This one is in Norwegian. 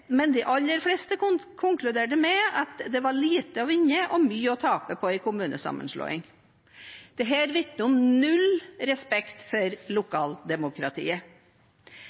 men de aller fleste konkluderte med at det var lite å vinne og mye å tape på en kommunesammenslåing. Dette vitner om null respekt for lokaldemokratiet.